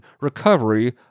recovery